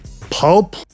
Pulp